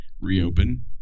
reopen